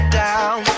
down